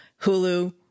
Hulu